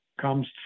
comes